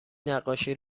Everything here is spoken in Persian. نقاشی